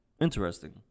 interesting